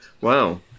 Wow